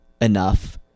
enough